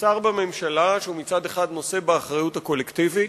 כשר בממשלה, שמצד אחד נושא באחריות הקולקטיבית,